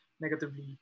Negatively